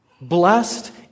blessed